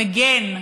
המגן.